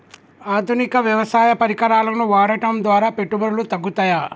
ఆధునిక వ్యవసాయ పరికరాలను వాడటం ద్వారా పెట్టుబడులు తగ్గుతయ?